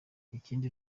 ikindi